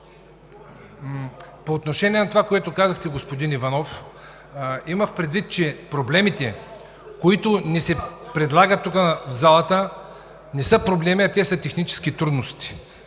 По отношение на това, което казахте, господин Иванов, имах предвид, че проблемите, които ни се предлагат тук, в залата, не са проблеми, а са технически трудности.